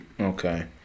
okay